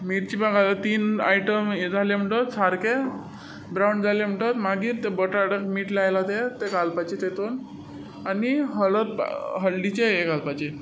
मिरची वा घालून तीन आयटम हे जाले म्हणटकच सारके ब्रावन जाले म्हणटच मागीर बोटाट मीट लायलां ते गालपाचे तितून आनी हलद हलदीचें हें घालपाचें